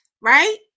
right